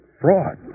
Fraud